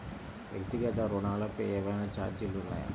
వ్యక్తిగత ఋణాలపై ఏవైనా ఛార్జీలు ఉన్నాయా?